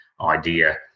idea